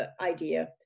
idea